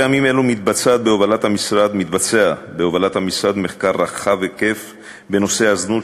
בימים אלו מתבצע בהובלת המשרד מחקר רחב היקף בנושא הזנות,